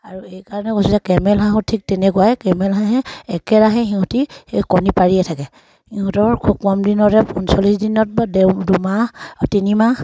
আৰু এইকাৰণে কৈছিলে কেমেল হাঁহো ঠিক তেনেকুৱাই কেমেল হাঁহে একেৰাহে সিহঁতি কণী পাৰিয়ে থাকে সিহঁতৰ খুব কম দিনতে পঞ্চল্লিছ দিনত বা দেও দুমাহ তিনিমাহ